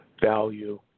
value